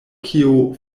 kio